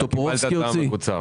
מסמך עם 37 סעיפים.